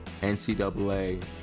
NCAA